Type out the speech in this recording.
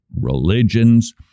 religions